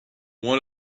one